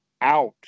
out